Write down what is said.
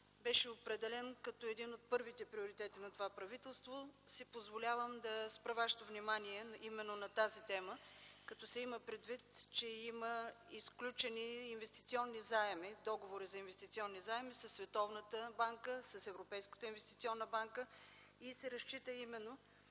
беше определен като един от първите приоритети на това правителство, си позволявам да спра Вашето внимание именно на тази тема, като се има предвид, че има и сключени договори за инвестиционни заеми със Световната банка и с Европейската инвестиционна банка. Разчита се именно